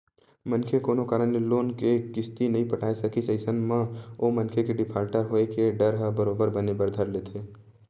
मनखे कोनो कारन ले लोन के किस्ती नइ पटाय सकिस अइसन म ओ मनखे के डिफाल्टर होय के डर ह बरोबर बने बर धर लेथे